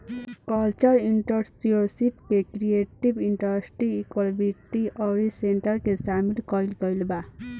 cultural entrepreneurship में creative industry activity अउरी sector के सामिल कईल गईल बा